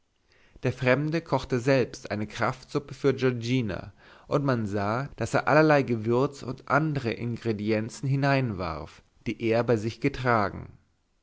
der fremde kochte selbst eine kraftsuppe für giorgina und man sah daß er allerlei gewürz und andere ingredienzien hineinwarf die er bei sich getragen